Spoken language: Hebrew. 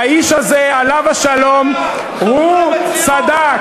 האיש הזה, עליו השלום, הוא צדק.